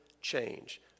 change